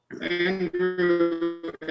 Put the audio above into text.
Andrew